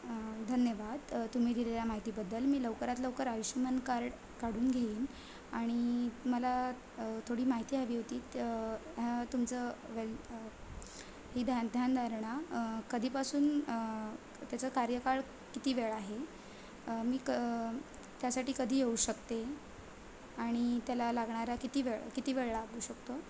धन्यवाद तुम्ही दिलेल्या माहितीबद्दल मी लवकरात लवकर आयुष्मान कार्ड काढून घेईन आणि मला थोडी माहिती हवी होती तुमचं वेल ही ध्या ध्यानधारणा कधीपासून त्याचं कार्यकाळ किती वेळ आहे मी क त्यासाठी कधी येऊ शकते आणि त्याला लागणारा किती वेळ किती वेळ लागू शकतो